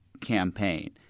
campaign